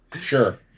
Sure